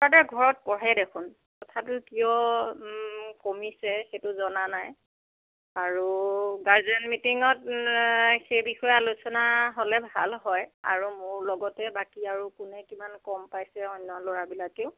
ঘৰত পঢ়ে দেখোন তথাপিও কিয় কমিছে সেইটো জনা নাই আৰু গাৰ্জেন মিটিঙত সেই বিষয়ে আলোচনা হ'লে ভাল হয় আৰু মোৰ লগতে বাকী আৰু কোনে কিমান কম পাইছে অন্য ল'ৰা বিলাকেও